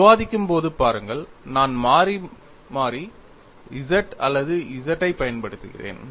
விவாதிக்கும்போது பாருங்கள் நான் மாறி மாறி z அல்லது Z ஐப் பயன்படுத்துகிறேன்